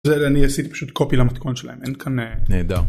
אני עשיתי פשוט קופי למתכון שלהם אין כאן נהדר.